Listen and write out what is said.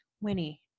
Winnie